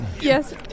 Yes